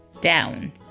down